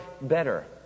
better